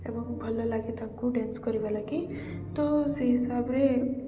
ଏବଂ ଭଲ ଲାଗେ ତାଙ୍କୁ ଡ୍ୟାନ୍ସ କରିବା ଲାଗି ତ ସେଇ ହିସାବରେ